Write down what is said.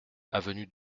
avenue